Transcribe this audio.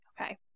Okay